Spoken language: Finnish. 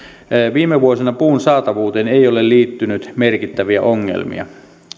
viime vuosina puun saatavuuteen ei ole liittynyt merkittäviä ongelmia